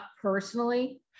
personally